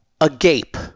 agape